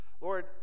Lord